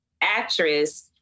actress